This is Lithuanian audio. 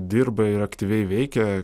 dirba ir aktyviai veikia